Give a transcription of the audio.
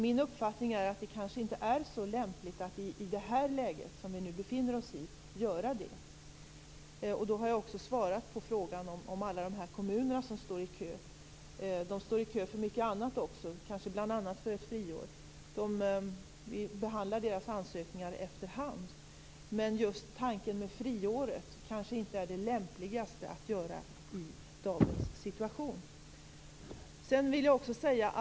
Min uppfattning är att det kanske inte är så lämpligt att i det läge som vi nu befinner oss i göra det. Då har jag också svarat på frågan om alla de här kommunerna som står i kö. De står i kö för mycket annat också, kanske bl.a. för ett friår. Vi behandlar deras ansökningar efter hand. Men just tanken med friåret kanske inte är det lämpligaste att göra i dagens situation.